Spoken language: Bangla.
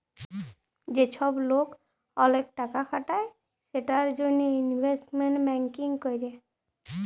যে চ্ছব লোক ওলেক টাকা খাটায় সেটার জনহে ইলভেস্টমেন্ট ব্যাঙ্কিং ক্যরে